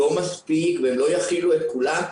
לא מספיק והם לא יכילו את כולם,